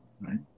right